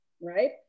right